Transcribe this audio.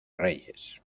reyes